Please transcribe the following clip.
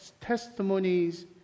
testimonies